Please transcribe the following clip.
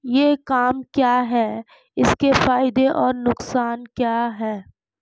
ई commerce क्या है इसके फायदे और नुकसान क्या है?